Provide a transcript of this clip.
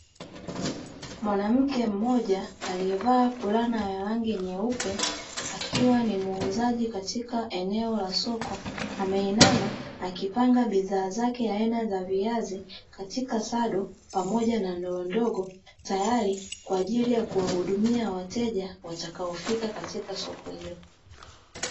Mwanamke mmija aliyevaaa fulana ya rangi nyeupe akiwa ni muuzaji katika eneo la soko, ameinama akipanga bidhaa zake aina ya viazi katika sado pamoja na ndoo ndogo, tayari kwa jili ya kuwahudumia wateja watakaofika katika soko hilo.